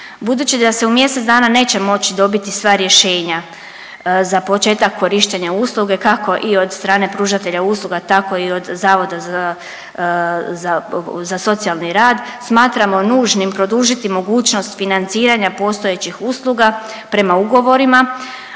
Budući da se u mjesec dana neće moći dobiti sva rješenja za početak korištenja usluge kako i od strane pružatelja usluga, tako i od Zavoda za socijalni rad smatramo nužnim produžiti mogućnost financiranja postojećih usluga prema ugovorima,